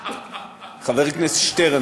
חבר הכנסת שטרן,